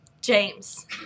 James